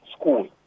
school